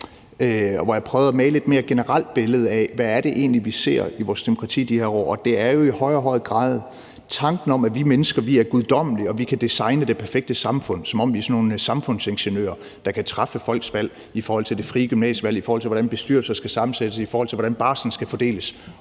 jeg prøvede at male et mere generelt billede af, hvad det egentlig er, vi ser i vores demokrati i de her år. Det er jo i højere og højere grad tanken om, at vi mennesker er guddommelige, og at vi kan designe det perfekte samfund, som om vi er sådan nogle samfundsingeniører, der kan træffe folks valg i forhold til det frie gymnasievalg, i forhold til hvordan bestyrelserne skal sammensættes, i forhold til hvordan barselsorloven skal fordeles,